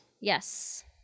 Yes